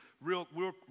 real